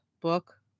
book